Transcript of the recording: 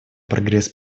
прогресс